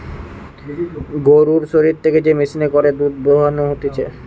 গরুর শরীর থেকে যে মেশিনে করে দুধ দোহানো হতিছে